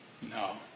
No